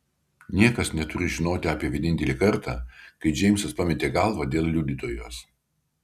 niekas neturi žinoti apie vienintelį kartą kai džeimsas pametė galvą dėl liudytojos